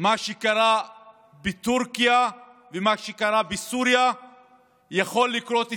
מה שקרה בטורקיה ומה שקרה בסוריה יכול לקרות אצלנו,